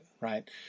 Right